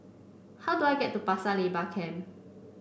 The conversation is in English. how do I get to Pasir Laba Camp